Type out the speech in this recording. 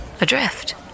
Adrift